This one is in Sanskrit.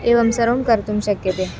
एवं सर्वं कर्तुं शक्यते